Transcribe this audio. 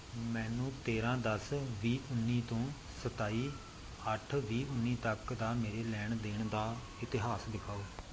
ਮੈਨੂੰ ਤੇਰ੍ਹਾਂ ਦਸ ਵੀਹ ਉੱਨੀ ਤੋਂ ਸਤਾਈ ਅੱਠ ਵੀਹ ਉੱਨੀ ਤੱਕ ਦਾ ਮੇਰੇ ਲੈਣ ਦੇਣ ਦਾ ਇਤਿਹਾਸ ਦਿਖਾਓ